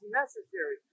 necessary